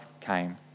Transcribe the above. came